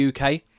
UK